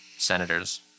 senators